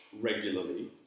regularly